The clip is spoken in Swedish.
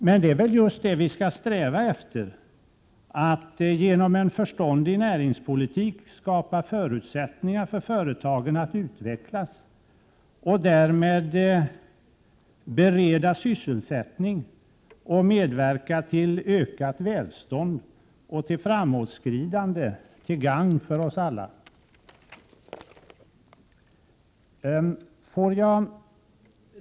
Men det är väl just det vi skall sträva efter, att genom en förståndig näringspolitik skapa förutsättningar för företagen att utvecklas och därmed bereda sysselsättning och medverka till ökat välstånd och till framåtskridande, till gagn för oss alla.